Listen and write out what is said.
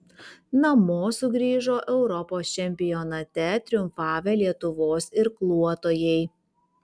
namo sugrįžo europos čempionate triumfavę lietuvos irkluotojai